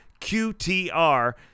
QTR